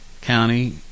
County